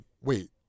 wait